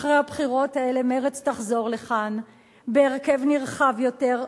אחרי הבחירות האלה מרצ תחזור לכאן בהרכב נרחב יותר,